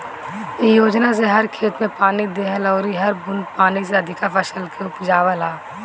इ योजना से हर खेत में पानी देवल अउरी हर बूंद पानी से अधिका फसल के उपजावल ह